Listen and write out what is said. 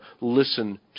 listen